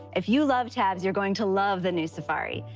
if you love tabs, you're going to love the new safari.